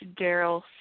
Daryl